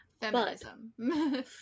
Feminism